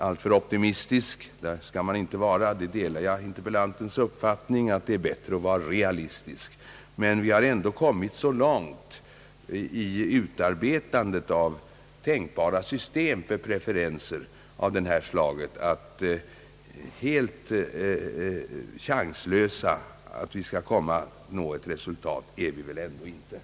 Alltför optimistisk skall man inte vara — jag delar interpellantens uppfattning att det är bättre att vara realistisk — men vi har ändå kommit så långt i utarbetandet av tänkbara system för preferenser av detta slag att vi väl ändå inte är helt chanslösa när det gäller möjligheterna att uppnå ett resultat.